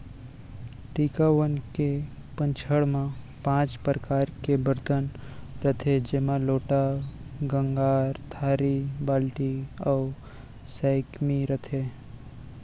टिकावन के पंचहड़ म पॉंच परकार के बरतन रथे जेमा लोटा, गंगार, थारी, बाल्टी अउ सैकमी रथे